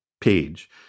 page